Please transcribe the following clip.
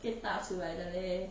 可以踏出来的 meh